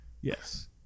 Yes